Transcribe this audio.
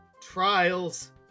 trials